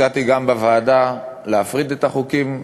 הצעתי גם בוועדה להפריד את החוקים.